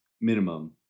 minimum